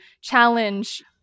challenge